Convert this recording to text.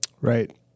Right